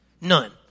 None